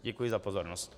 Děkuji za pozornost.